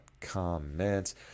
comments